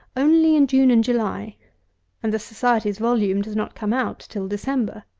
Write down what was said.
only in june and july and the society's volume does not come out till december.